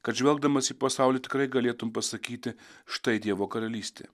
kad žvelgdamas į pasaulį tikrai galėtum pasakyti štai dievo karalystė